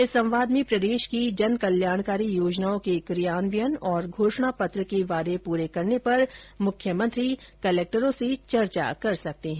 इस संवाद में प्रदेश की जनकल्याणकारी योजनाओं के कियान्वयन और घोषणा पत्र के वादे पूरे करने पर मुख्यमंत्री कलेक्टरों से चर्चा कर सकते है